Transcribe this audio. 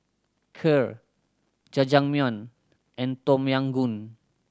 Kheer Jajangmyeon and Tom Yam Goong